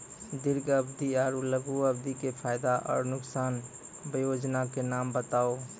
दीर्घ अवधि आर लघु अवधि के फायदा आर नुकसान? वयोजना के नाम बताऊ?